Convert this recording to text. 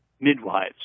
midwives